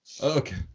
Okay